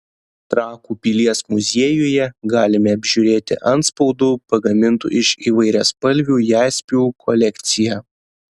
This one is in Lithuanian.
trakų pilies muziejuje galime apžiūrėti antspaudų pagamintų iš įvairiaspalvių jaspių kolekciją